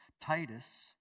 Titus